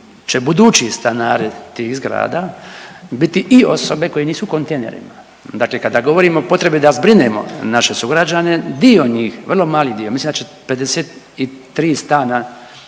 će budući stanari tih zgrada biti i osobe koje nisu u kontejnerima. Dakle kad govorimo o potrebi da zbrinemo naše sugrađane, dio njih, vrlo mali dio, mislim da će 53 stana